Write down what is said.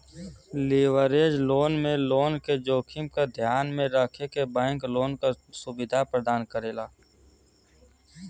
leverage loan में loan क जोखिम क ध्यान में रखके बैंक लोन क सुविधा प्रदान करेला